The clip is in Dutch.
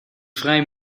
vrij